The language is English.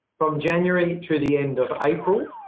from january to the end of april,